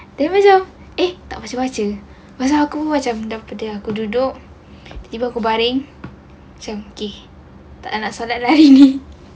then macam eh tak baca-baca masa tu aku macam dah penat aku duduk tiba aku baring cantik tak lah nak solat lah hari ini